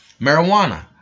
marijuana